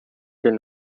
did